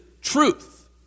truth